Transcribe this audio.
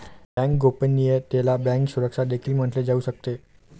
bank गोपनीयतेला bank सुरक्षा देखील म्हटले जाऊ शकते